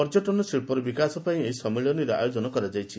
ପର୍ଯ୍ୟଟନ ଶିବ୍ବର ବିକାଶ ପାଇଁ ଏହି ସମ୍ମିଳନୀରେ ଆୟୋଜନ କରାଯାଇଛି